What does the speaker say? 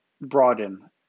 broaden